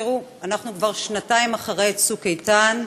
תראו, אנחנו כבר שנתיים אחרי "צוק איתן"